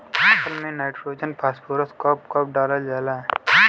फसल में nitrogen phosphorus कब कब डालल जाला?